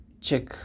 check